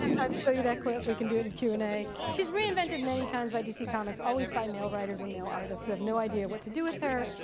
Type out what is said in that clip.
um time to show you that clip. we can do it in q and a. she's reinvented many times by dc comics, always by male writers and male artists who have no idea what to do with her.